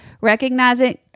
Recognizing